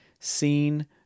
seen